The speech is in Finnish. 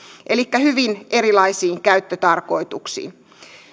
elikkä hyvin erilaisiin käyttötarkoituksiin